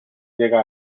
llega